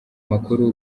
makuru